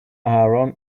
aaron